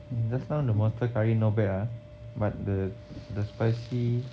hmm just now the Monster Curry not bad ah but the the spicy